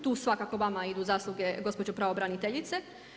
Tu svakako vama idu zasluge gospođo pravobraniteljice.